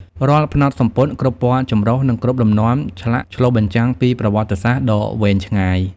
រាល់ផ្នត់សំពត់ គ្រប់ពណ៌ចម្រុះ និងគ្រប់លំនាំឆ្លាក់ឆ្លុះបញ្ចាំងពីប្រវត្តិសាស្ត្រដ៏វែងឆ្ងាយ។